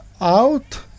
out